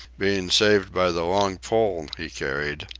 being saved by the long pole he carried,